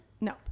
No